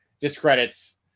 discredits